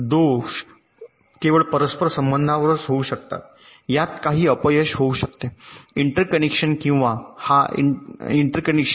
दोष केवळ परस्पर संबंधांवरच होऊ शकतात यात काही अपयश येऊ शकते इंटरकनेक्शन किंवा हा इंटरकनेक्शन